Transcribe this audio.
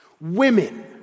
Women